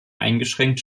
eingeschränkt